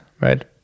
Right